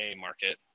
market